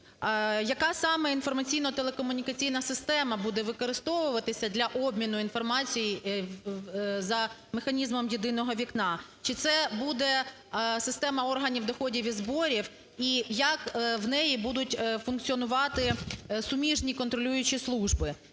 Яка саме інформаційно-телекомунікаційна система буде використовуватися для обміну інформації за механізмом "єдиного вікна"? Чи це буде система органів доходів і зборів? І як в ній будуть функціонувати суміжні контролюючі служби?